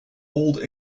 old